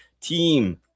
Team